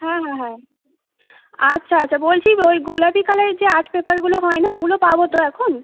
হ্যাঁ হ্যাঁ হ্যাঁ আচ্ছা আচ্ছা বলছি ওই গোলাপি কালারের যে আর্ট পেপারগুলো হয় না ওগুলো পাবো তো এখন